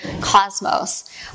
cosmos